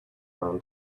man